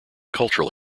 cultural